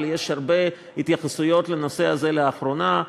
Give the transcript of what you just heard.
אבל יש הרבה התייחסויות לנושא הזה לאחרונה,